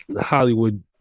Hollywood